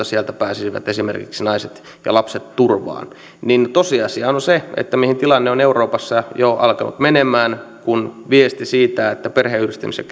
sieltä pääsisivät esimerkiksi naiset ja lapset turvaan tosiasiahan on se mihin tilanne on euroopassa jo alkanut menemään kun viesti tulee siitä että perheenyhdistämisen